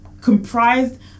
comprised